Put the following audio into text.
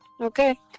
okay